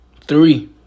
three